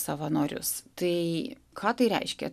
savanorius tai ką tai reiškia